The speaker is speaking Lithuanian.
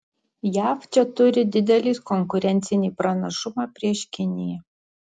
jav čia turi didelį konkurencinį pranašumą prieš kiniją